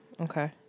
okay